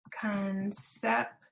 Concept